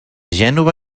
gènova